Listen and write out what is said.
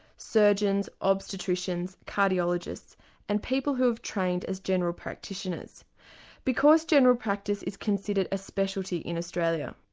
surgeons, obstetricians, cardiologists and people who have trained as general practitioners because general practice is considered a specialty in australia.